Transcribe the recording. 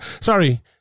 Sorry